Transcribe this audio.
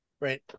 Right